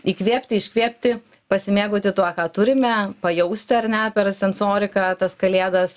įkvėpti iškvėpti pasimėgauti tuo ką turime pajausti ar ne per sensoriką tas kalėdas